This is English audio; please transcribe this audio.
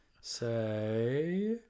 say